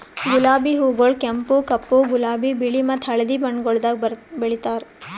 ಗುಲಾಬಿ ಹೂಗೊಳ್ ಕೆಂಪು, ಕಪ್ಪು, ಗುಲಾಬಿ, ಬಿಳಿ ಮತ್ತ ಹಳದಿ ಬಣ್ಣಗೊಳ್ದಾಗ್ ಬೆಳೆತಾರ್